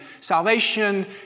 Salvation